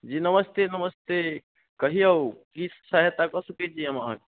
जी नमस्ते नमस्ते कहिऔ की सहायता कऽ सकैत छी हम अहाँकेँ